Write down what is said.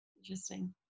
Interesting